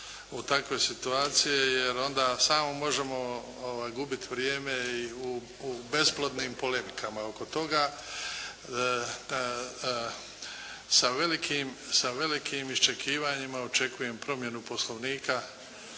u takve situacije jer onda samo možemo gubit vrijeme i u besplodnim polemikama oko toga. Sa velikim iščekivanjima očekujem promjenu Poslovnika